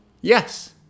yes